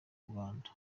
rwanda